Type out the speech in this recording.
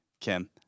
Kim